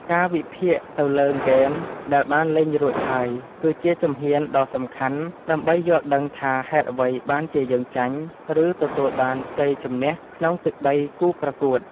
ការវិភាគទៅលើហ្គេមដែលបានលេងរួចហើយគឺជាជំហានដ៏សំខាន់ដើម្បីយល់ដឹងថាហេតុអ្វីបានជាយើងចាញ់ឬទទួលបានជ័យជម្នះក្នុងទឹកដីគូប្រកួត។